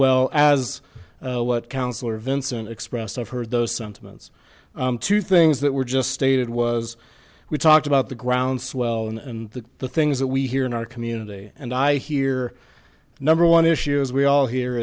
well as what councillor vincent expressed i've heard those sentiments two things that were just stated was we talked about the groundswell and that the things that we hear in our community and i hear number one issue as we all he